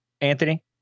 Anthony